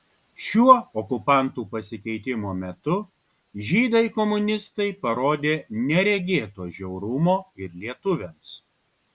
šiuo okupantų pasikeitimo metu žydai komunistai parodė neregėto žiaurumo ir lietuviams